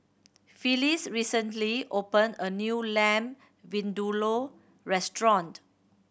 Phylis recently opened a new Lamb Vindaloo restaurant